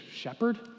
shepherd